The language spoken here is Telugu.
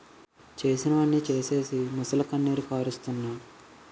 చేసినవన్నీ సేసీసి మొసలికన్నీరు కారస్తన్నాడు